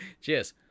cheers